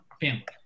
family